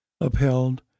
upheld